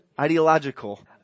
ideological